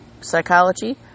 Psychology